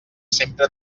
sempre